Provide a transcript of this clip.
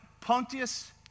Pontius